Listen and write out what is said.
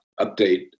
update